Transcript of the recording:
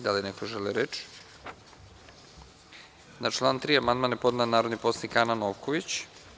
Da li neko želi reč? (Ne.) Na član 3. amandman je podnela narodni poslanik Ana Novković.